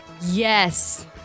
Yes